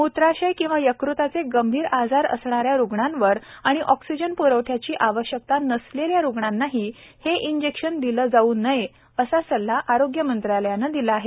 मूत्राशय किंवा यकृताचे गंभीर आजार असणाऱ्यांना रुग्णांवर आणि ऑक्सिजन प्रवठ्याची आवश्यकता नसलेल्या रुग्णांनाही हे इंजेक्शन दिलं जाऊ नये असा सल्लाही आरोग्य मंत्रालयानं दिला आहे